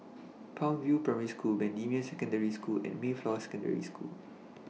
Palm View Primary School Bendemeer Secondary School and Mayflower Secondary School